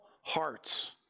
hearts